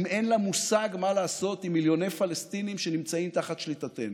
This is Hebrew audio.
אם אין לה מושג מה לעשות עם מיליוני פלסטינים שנמצאים תחת שליטתנו.